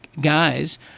guys